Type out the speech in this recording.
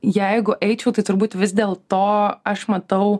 jeigu eičiau tai turbūt vis dėl to aš matau